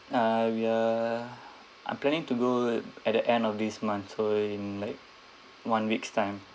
uh we are I'm planning to go at the end of this month so in like one week's time